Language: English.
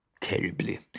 Terribly